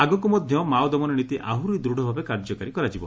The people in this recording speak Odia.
ଆଗକୁ ମଧ୍ଧ ମାଓ ଦମନ ନୀତି ଆହୁରି ଦୂଢଭାବେ କାର୍ଯ୍ୟକାରୀ କରାଯିବ